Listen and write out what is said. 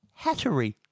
hattery